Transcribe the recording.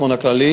פייגלין,